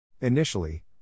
Initially